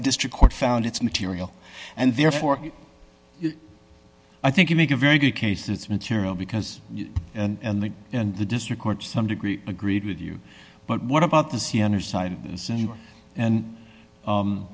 a district court found its material and therefore i think you make a very good case that material because you and the and the district court to some degree agreed with you but what about the